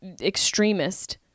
extremist